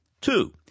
Two